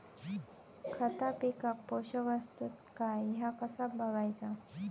खता पिकाक पोषक आसत काय ह्या कसा बगायचा?